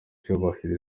icyubahiro